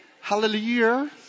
Hallelujah